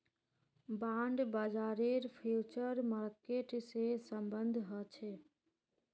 bond बाजारेर future market से सम्बन्ध ह छे